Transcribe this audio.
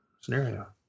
scenario